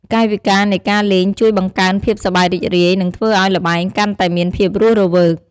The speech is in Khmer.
កាយវិការនៃការលេងជួយបង្កើនភាពសប្បាយរីករាយ និងធ្វើឱ្យល្បែងកាន់តែមានភាពរស់រវើក។